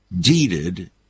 deeded